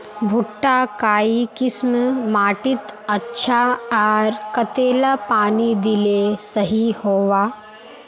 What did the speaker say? भुट्टा काई किसम माटित अच्छा, आर कतेला पानी दिले सही होवा?